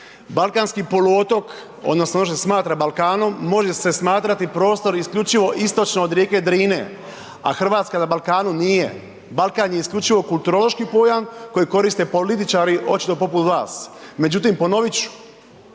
balkanski poluotok odnosno ono što se smatra Balkanom može se smatrati prostor isključivo istočno od rijeke Drine, a Hrvatska na Balkanu nije. Balkan je isključivo kulturološki pojam koji koriste političari očito poput vas. Međutim, ponovit